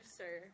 sir